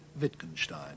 Wittgenstein